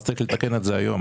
צריך לתקן את זה היום,